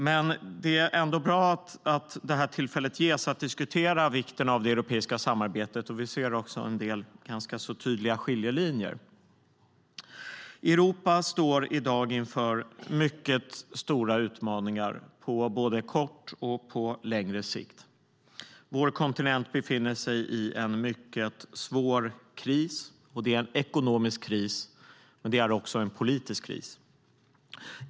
Men det är ändå bra att det här tillfället ges att diskutera vikten av det europeiska samarbetet, och vi ser också en del ganska tydliga skiljelinjer. Europa står i dag inför mycket stora utmaningar på både kort och längre sikt. Vår kontinent befinner sig i en mycket svår kris. Det är en ekonomisk kris, och det är också en politisk kris.